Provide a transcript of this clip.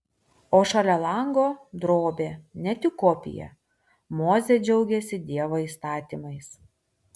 o šalia lango drobė ne tik kopija mozė džiaugiasi dievo įstatymais